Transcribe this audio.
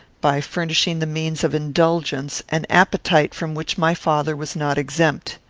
by furnishing the means of indulgence, an appetite from which my father was not exempt.